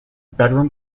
bedroom